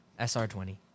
SR20